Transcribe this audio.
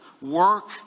work